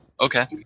Okay